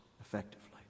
effectively